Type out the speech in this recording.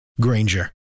Granger